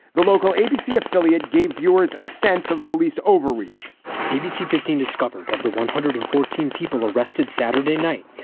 the local abc affiliate gave viewers a sense of police overreach abc catina discovered of the one hundred and fourteen people arrested saturday night.